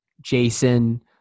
Jason